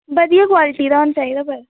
बधिया क्वालिटी दा होना चाहिदा पर